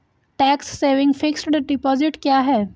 Tax saving fixed deposit क्या है?